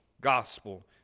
gospel